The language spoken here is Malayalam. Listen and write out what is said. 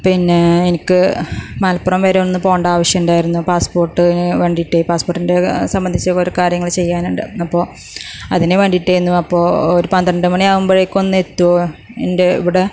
പിന്നെ എനിക്ക് മലപ്പുറം വരെ ഒന്ന് പോകേണ്ട ആവശ്യമുണ്ടായിരുന്നു പാസ്പോർട്ട് ന് വേണ്ടിയിട്ട് പാസ്പോർട്ടിൻ്റെ സംബന്ധിച്ച ഒരു കാര്യങ്ങൾ ചെയ്യാനുണ്ട് അപ്പോൾ അതിനു വേണ്ടിയിട്ടായിരുന്നു അപ്പോൾ ഒരു പന്ത്രണ്ട് മണി ആകുമ്പോഴേക്കും ഒന്ന് എത്തുമോ എൻ്റെ ഇവിടെ